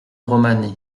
romanée